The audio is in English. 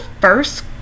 first